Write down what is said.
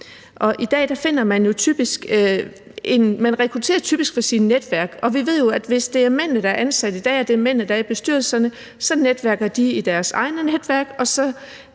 ude i erhvervslivet. I dag rekrutterer man typisk fra sine netværk, og vi ved jo, at hvis det er mændene, der er ansat i dag, og det er mændene, der er i bestyrelserne, så netværker de i deres egne netværk, og så